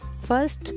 first